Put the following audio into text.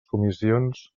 comissions